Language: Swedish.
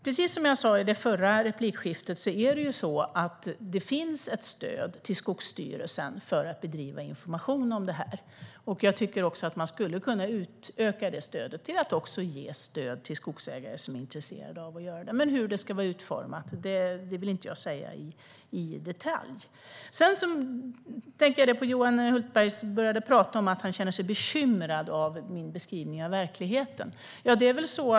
Precis som jag sa i det förra replikskiftet finns det ett stöd till Skogsstyrelsen för att bedriva information. Jag tycker att man ska utöka stödet till att också ge stöd till skogsägare som är intresserade. Men hur stödet ska vara utformat i detalj vill jag inte säga. Johan Hultberg sa att han kände sig bekymrad över min beskrivning av verkligheten.